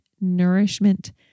nourishment